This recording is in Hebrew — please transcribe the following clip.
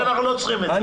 אנחנו לא צריכים את זה.